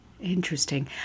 Interesting